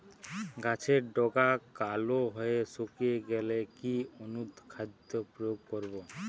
গাছের ডগা কালো হয়ে শুকিয়ে গেলে কি অনুখাদ্য প্রয়োগ করব?